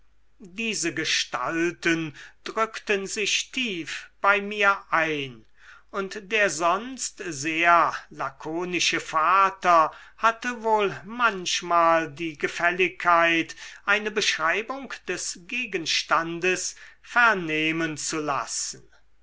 diese gestalten drückten sich tief bei mir ein und der sonst sehr lakonische vater hatte wohl manchmal die gefälligkeit eine beschreibung des gegenstandes vernehmen zu lassen